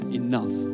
enough